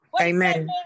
Amen